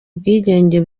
ubwigenge